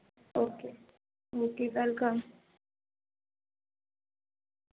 okay okay welcome